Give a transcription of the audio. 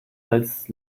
als